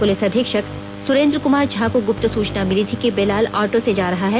police अधीक्षक सुरेंद्र कुमार झा को गुप्त सूचना मिली थी कि बेलाल ऑटो से जा रहा है